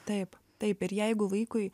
taip taip ir jeigu vaikui